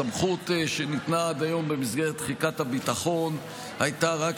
הסמכות שניתנה עד היום במסגרת תחיקת הביטחון הייתה רק